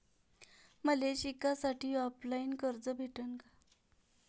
मले शिकासाठी ऑफलाईन कर्ज भेटन का?